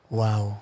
wow